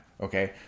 Okay